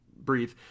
breathe